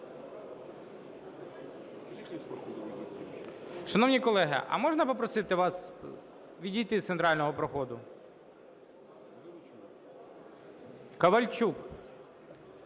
Шановні колеги, а можна попросити вас відійти з центрального проходу. Ковальчук!